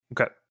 Okay